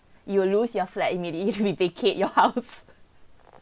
you will lose your flat immediately we vacate your house